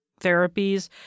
therapies